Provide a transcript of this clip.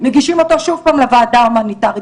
מגישים אותו שוב פעם לוועדה ההומניטארית,